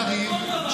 קריב,